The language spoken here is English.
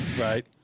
right